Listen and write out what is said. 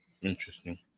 Interesting